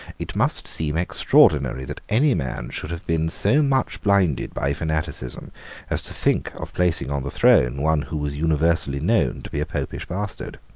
it must seem extraordinary that any man should have been so much blinded by fanaticism as to think of placing on the throne one who was universally known to be a popish bastard.